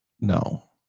no